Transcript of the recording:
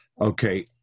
Okay